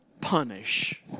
punish